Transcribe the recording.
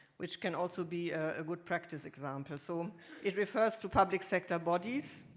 which can also be a good practice example. so um it refers to public sector bodies.